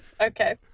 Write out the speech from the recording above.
Okay